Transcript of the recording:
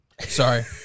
Sorry